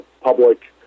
public